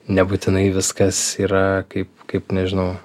nebūtinai viskas yra kaip kaip nežinau